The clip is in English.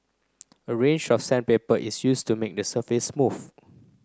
a range of sandpaper is used to make the surface smooth